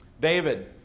David